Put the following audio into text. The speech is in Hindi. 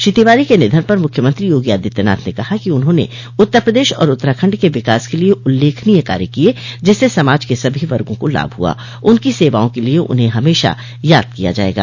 श्री तिवारी के निधन पर मुख्यमंत्री योगी आदित्यनाथ ने कहा कि उन्होंने उत्तर प्रदेश और उत्तराखंड के विकास के लिये उल्लेखनीय कार्य किये जिससे समाज के सभी वर्गो को लाभ हुआ उनकी सेवाओं के लिये उन्हें हमेशा याद किया जायेगा